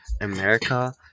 america